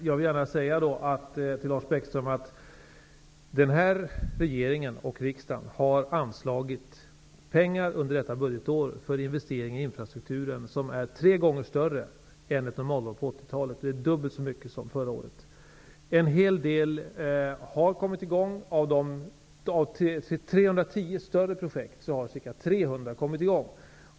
Herr talman! Jag vill gärna till Lars Bäckström säga att denna regering och denna riksdag under detta budgetår har anslagit tre gånger så mycket pengar som anslogs under ett normalår på 80-talet och dubbelt så mycket som under förra året för investeringar i infrastruktur. En hel del av dessa investeringar har kommit i gång. Av 310 större projekt har ca 300 kommit i gång.